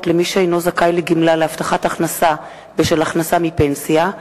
למי שאינו זכאי לגמלה להבטחת הכנסה בשל הכנסה מפנסיה),